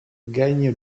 gagne